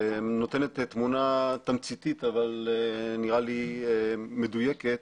שנותנת תמונה תמציתית, אבל נראה לי מדויקת,